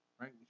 right